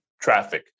traffic